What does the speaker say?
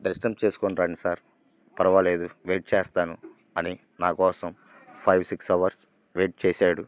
దర్శనం చేసుకుని రండి సార్ పర్వాలేదు వెయిట్ చేస్తాను అని నాకోసం ఫైవ్ సిక్స్ అవర్స్ వెయిట్ చేసాడు